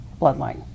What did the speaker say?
bloodline